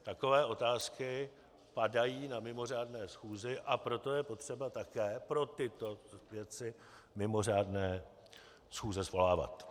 Takové otázky padají na mimořádné schůzi, a proto je potřeba také pro tyto věci, mimořádné schůze svolávat.